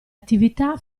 attività